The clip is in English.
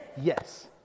Yes